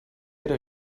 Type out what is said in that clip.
era